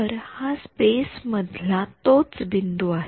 तर हा स्पेस मधला तोच बिंदू आहे